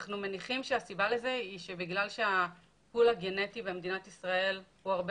אנחנו מניחים שזה בגלל שהשכפול הגנטי במדינת ישראל הוא הרבה